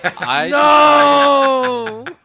No